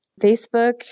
Facebook